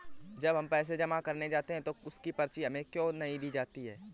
जब हम पैसे जमा करने जाते हैं तो उसकी पर्ची हमें क्यो नहीं दी जाती है?